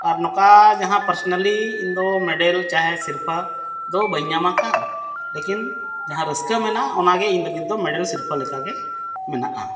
ᱟᱨ ᱱᱚᱝᱠᱟ ᱡᱟᱦᱟᱸ ᱯᱟᱨᱥᱚᱱᱟᱞᱤ ᱤᱧ ᱫᱚ ᱢᱮᱰᱮᱞ ᱪᱟᱦᱮ ᱥᱤᱨᱯᱟᱹ ᱫᱚ ᱵᱟᱹᱧ ᱧᱟᱢ ᱟᱠᱟᱫᱼᱟ ᱞᱮᱠᱤᱱ ᱡᱟᱦᱟᱸ ᱨᱟᱹᱥᱠᱟᱹ ᱢᱮᱱᱟᱜᱼᱟ ᱚᱱᱟ ᱜᱮ ᱤᱧ ᱞᱟᱹᱜᱤᱫ ᱫᱚ ᱢᱮᱰᱮᱞ ᱥᱤᱨᱯᱟᱹ ᱞᱮᱠᱟᱜᱮ ᱢᱮᱱᱟᱜᱼᱟ